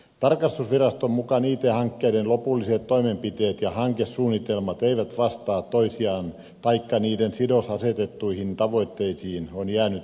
tarkastusviraston mukaan it hankkeiden lopulliset toimenpiteet ja hankesuunnitelmat eivät vastaa toisiaan taikka niiden sidos asetettuihin tavoitteisiin on jäänyt epäselväksi